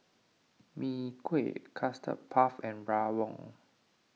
Mee Kuah Custard Puff and Rawon